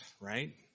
right